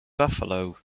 buffalo